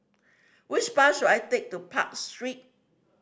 which bus should I take to Park Street